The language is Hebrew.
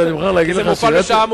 אם ירד גשם,